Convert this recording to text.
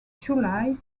july